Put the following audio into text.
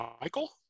Michael